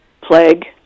plague